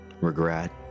regret